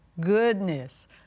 goodness